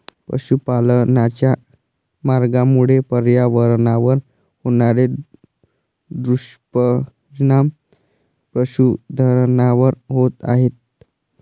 पशुपालनाच्या मार्गामुळे पर्यावरणावर होणारे दुष्परिणाम पशुधनावर होत आहेत